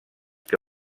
que